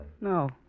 No